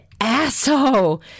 asshole